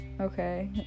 okay